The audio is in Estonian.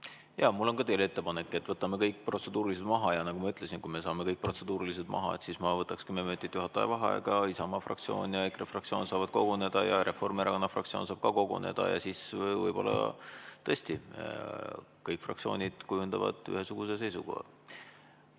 Jaa. Mul on ka teile ettepanek: võtame kõik protseduurilised maha. Nagu ma ütlesin, kui me võtame kõik protseduurilised maha, siis ma võtan kümme minutit juhataja vaheaega, Isamaa fraktsioon ja EKRE fraktsioon saavad koguneda ja Reformierakonna fraktsioon saab ka koguneda ja siis võib‑olla tõesti kõik fraktsioonid kujundavad ühesuguse seisukoha.